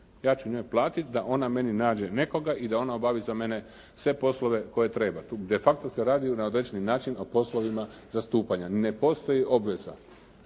Ja ću njoj platit da ona meni nađe nekoga i da ona obavi za mene koje treba. De facto se radi na određeni način o poslovima zastupanja. Ne postoji obveza,